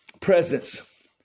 presence